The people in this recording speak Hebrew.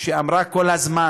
שאמרה כל הזמן